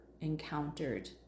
encountered